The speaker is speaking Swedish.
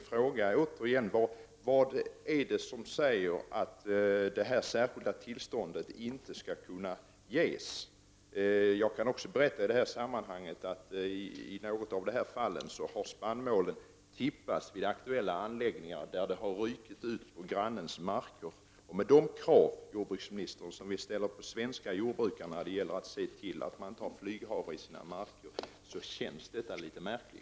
Min fråga är återigen: Vad krävs för att det särskilda tillståndet inte skall kunna ges? Jag kan också berätta att i något av dessa fall har spannmål tippats vid de aktuella anläggningarna så att det har rykt ut på grannens marker. Med tanke på de krav, jordbruksministern, som vi ställer på att svenska jordbrukare skall se till att de inte har flyghavre i sina marker, känns detta litet märk ligt.